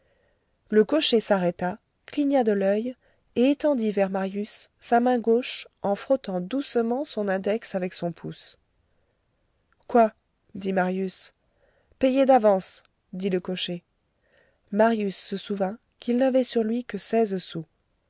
le cocher s'arrêta cligna de l'oeil et étendit vers marius sa main gauche en frottant doucement son index avec son pouce quoi dit marius payez d'avance dit le cocher marius se souvint qu'il n'avait sur lui que seize sous